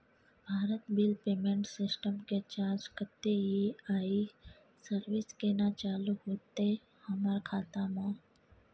Bharat bill payment system के charge कत्ते इ आ इ सर्विस केना चालू होतै हमर खाता म?